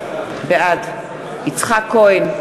בעד יצחק כהן,